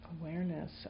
awareness